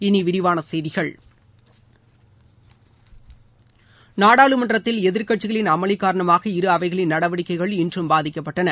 இனி விரிவான செய்திகள் நாடாளுமன்றத்தில் எதிர்க்கட்சிகளின் அமளி காரணமாக இரு அவைகளின் நடவடிக்கைகள் இன்றும் பாதிக்கப்பட்டன